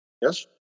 Yes